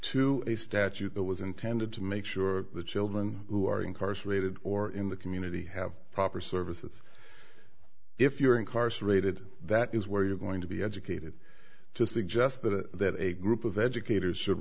to a statute that was intended to make sure the children who are incarcerated or in the community have proper services if you're incarcerated that is where you're going to be educated to suggest that a group of educators should